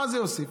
מה זה יוסיף?